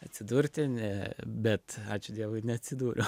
atsidurti ne bet ačiū dievui neatsidūriau